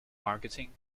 marketing